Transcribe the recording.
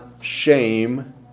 shame